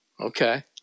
Okay